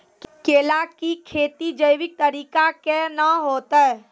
केला की खेती जैविक तरीका के ना होते?